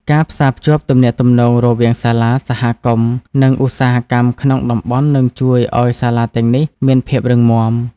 ការផ្សារភ្ជាប់ទំនាក់ទំនងរវាងសាលា សហគមន៍ និងឧស្សាហកម្មក្នុងតំបន់នឹងជួយឱ្យសាលាទាំងនេះមានភាពរឹងមាំ។